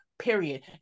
period